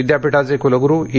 विद्यापीठाचे कुलगुरू ई